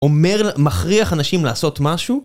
אומר, מכריח אנשים לעשות משהו?